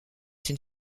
une